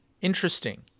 interesting